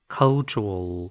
cultural